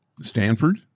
Stanford